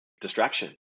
distraction